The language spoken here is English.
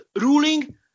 ruling